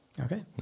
Okay